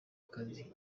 akazi